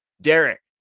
Derek